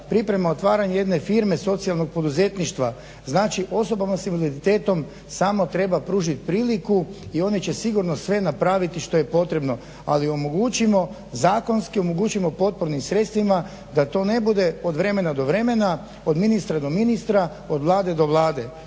priprema otvaranje jedne firme socijalnog poduzetništva, znači osobama s invaliditetom samo treba pružiti priliku i one će sigurno sve napraviti što je potrebno. Ali omogućimo, zakonski omogućimo potpornim sredstvima da to ne bude od vremena do vremena, od ministra do ministra, od Vlade do Vlade.